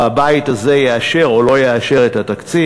הבית הזה יאשר או לא יאשר את התקציב.